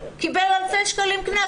הוא קיבל אלפי שקלים קנס.